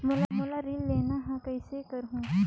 मोला ऋण लेना ह, कइसे करहुँ?